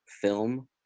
film